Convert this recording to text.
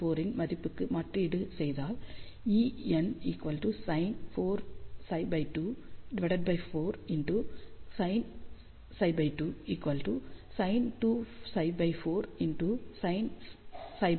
n 4 இன் மதிப்புக்கு மாற்றீடு செய்தால் En sin4ψ24 sin ψ2sin 2ψ4 sin ψ2